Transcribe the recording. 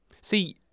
See